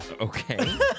Okay